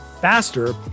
faster